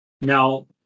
Now